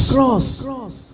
Cross